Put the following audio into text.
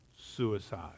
suicide